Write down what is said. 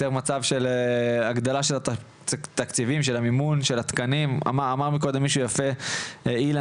של לפתור את הבעיות ביותר מיטות אשפוז וכו'.